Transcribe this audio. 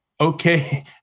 okay